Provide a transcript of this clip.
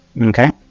Okay